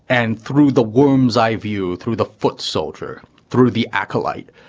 and through the wombs i view through the foot soldier, through the acolyte,